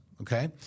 okay